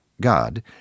God